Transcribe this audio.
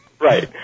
Right